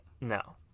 No